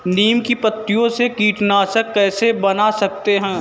नीम की पत्तियों से कीटनाशक कैसे बना सकते हैं?